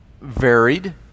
varied